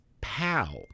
PAL